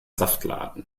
saftladen